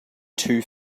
two